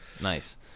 Nice